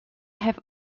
have